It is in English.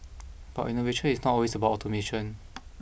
but innovation is not always about automation